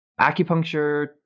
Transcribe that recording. acupuncture